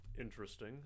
interesting